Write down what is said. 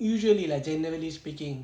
usually lah generally speaking